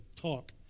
talk